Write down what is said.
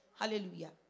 hallelujah